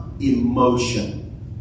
emotion